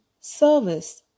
service